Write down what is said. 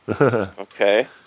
Okay